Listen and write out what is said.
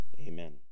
amen